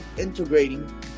integrating